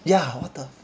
ya what the